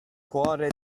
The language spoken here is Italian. cuore